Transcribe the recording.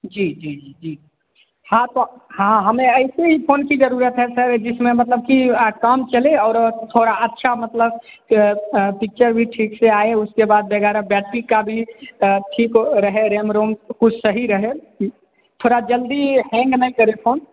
जी जी जी जी हाँ तो हाँ हमें ऐसे ही फ़ोन की ज़रूरत है सर जिसमें मतलब कि काम चले और थोड़ा अच्छा मतलब पिक्चर भी ठीक से आए उसके बाद वगैरह बैटरी का भी ठीक हो रहे रैम रोम कुछ सही रहे थोड़ा जल्दी हैंग नहीं करे फ़ोन